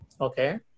Okay